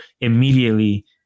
immediately